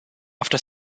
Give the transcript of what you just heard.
after